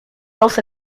also